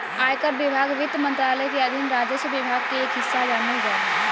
आयकर विभाग वित्त मंत्रालय के अधीन राजस्व विभाग के एक हिस्सा मानल जा हय